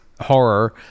horror